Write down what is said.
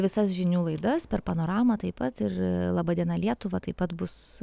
visas žinių laidas per panoramą taip pat ir laba diena lietuva taip pat bus